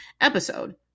episode